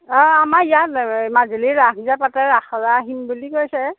অঁ আমাৰ ইয়াত মাজুলীৰ ৰাস যে পাতে ৰাসলৈ আহিম বুলি কৈছে